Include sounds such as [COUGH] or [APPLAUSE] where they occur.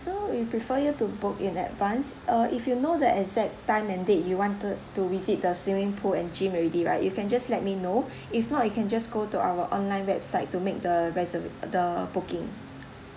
so we prefer you to book in advance uh if you know the exact time and date you wanted to visit the swimming pool and gym already right you can just let me know [BREATH] if not you can just go to our online website to make the reserva~ the booking